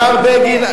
השר בגין,